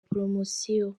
poromosiyo